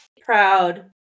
proud